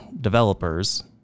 developers